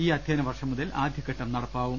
ഈ അധ്യയന വർഷം മുതൽ ആദ്യഘട്ടം നടപ്പാവും